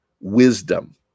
wisdom